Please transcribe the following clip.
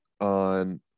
on